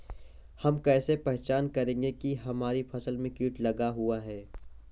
हम कैसे पहचान करेंगे की हमारी फसल में कीट लगा हुआ है?